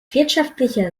wirtschaftlicher